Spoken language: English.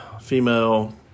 Female